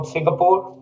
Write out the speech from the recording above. Singapore